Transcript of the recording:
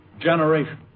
generation